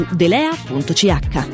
delea.ch